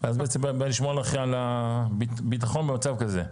זה בעצם בא לשמור על הביטחון במצב כזה.